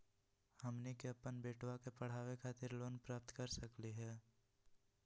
हमनी के अपन बेटवा क पढावे खातिर लोन प्राप्त कर सकली का हो?